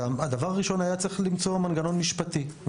הדבר הראשון היה למצוא מנגנון משפטי,